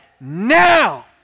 now